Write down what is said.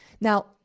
Now